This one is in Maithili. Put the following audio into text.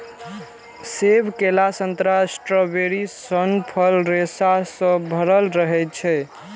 सेब, केला, संतरा, स्ट्रॉबेरी सन फल रेशा सं भरल रहै छै